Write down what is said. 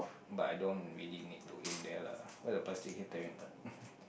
but I don't really need to aim there lah why the plastic keep tearing apart